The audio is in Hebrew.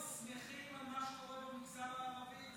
הם שמחים על מה שקורה במגזר הערבי.